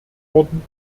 worden